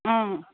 অঁ